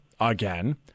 again